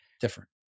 different